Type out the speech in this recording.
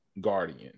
guardian